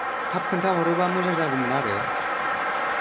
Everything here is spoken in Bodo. थाब खोन्था हरोबा मोजां जागौमोन आरो